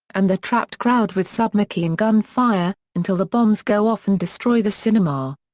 and the trapped crowd with submachine gun fire, until the bombs go off and destroy the cinema.